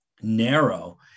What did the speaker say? narrow